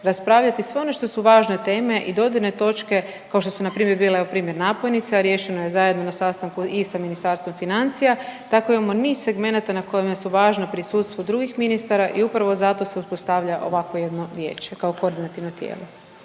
raspravljati sve ono što su važne teme i dodirne točke, kao što su npr. bile, evo primjer napojnica. Riješeno je zajedno na sastanku i sa Ministarstvom financija. Tako imamo niz segmenata na kojima su važna prisustvo drugih ministara i upravo zato se uspostavlja ovakvo jedno vijeće kao koordinativno tijelo.